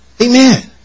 Amen